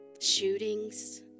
Shootings